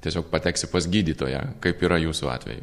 tiesiog pateksi pas gydytoją kaip yra jūsų atveju